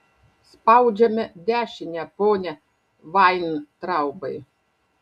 spaudžiame dešinę pone vaintraubai